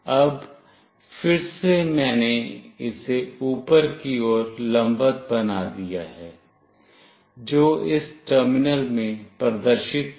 अब फिर से मैंने इसे ऊपर की ओर लंबवत बना दिया है जो इस टर्मिनल में प्रदर्शित है